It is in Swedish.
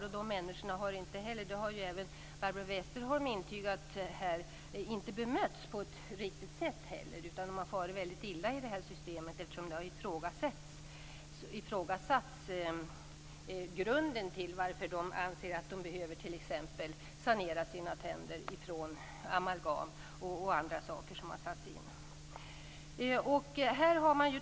Även Barbro Westerholm har intygat att dessa människor inte har bemötts på ett riktigt sätt utan att de har farit mycket illa i detta system. Man har ifrågasatt grunden till att de anser att de t.ex. behöver sanera sina tänder från amalgam osv.